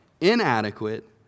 inadequate